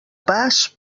pas